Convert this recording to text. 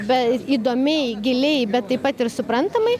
be įdomiai giliai bet taip pat ir suprantamai